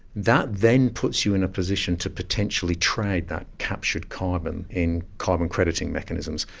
that then puts you in a position to potentially trade that captured carbon in carbon crediting mechanisms,